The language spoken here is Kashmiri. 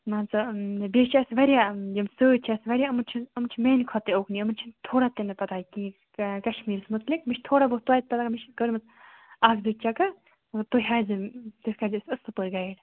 مان ژٕ بیٚیہِ چھُ اسہِ واریاہ یِم سۭتۍ چھِ اسہِ واریاہ تِم چھِ میانہِ کھۄتہٕ تہِ اُکنٕے تِمن چھیٚنہٕ تھوڑا تہِ پتہہ کِہیٖنۍ کَشمیٖرَس مُتعلِق مےٚ چھِ تھوڑا بہت توتہِ پتہہ مےٚ چھِ کٕرمٕژ اَکھ زٕ چَکر تُہۍ ہٲو زیٚو نہٕ تِتھ پٲٹھۍ تُہُۍ کٕرزیٚو اسہِ اَصٕل پٲٹھۍ گیٕڈ